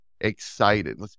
excited